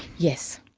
yes.